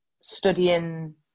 studying